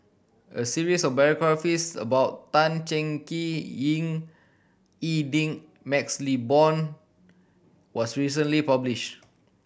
a series of biographies about Tan Cheng Kee Ying E Ding MaxLe Blond was recently published